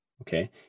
Okay